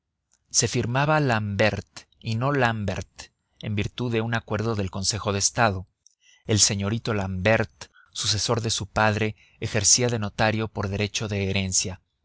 se firmaba l'ambert y no lambert en virtud de un acuerdo del consejo de estado el señorito l'ambert sucesor de su padre ejercía de notario por derecho de herencia